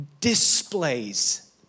displays